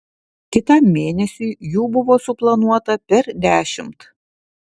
kitam mėnesiui jų buvo suplanuota per dešimt